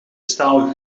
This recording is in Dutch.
staal